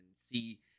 see